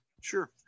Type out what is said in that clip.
sure